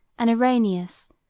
and irenaeus,